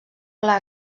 clar